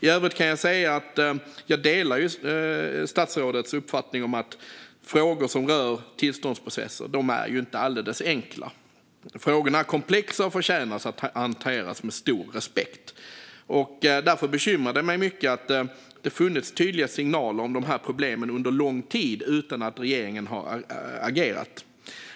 I övrigt kan jag säga att jag delar statsrådets uppfattning att frågor som rör tillståndsprocesser inte är alldeles enkla. Frågorna är komplexa och förtjänar att hanteras med stor respekt. Därför bekymrar det mig mycket att det har funnits tydliga signaler om dessa problem under lång tid utan att regeringen har agerat.